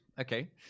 Okay